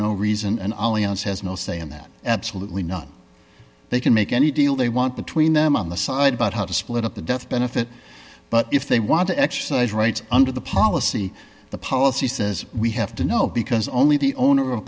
no reason and allianz has no say in that absolutely not they can make any deal they want between them on the side about how to split up the death benefit but if they want to exercise rights under the policy the policy says we have to know because only the owner of